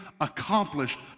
accomplished